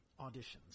auditions